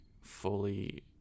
fully